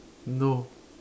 no